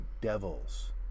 devils